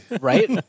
Right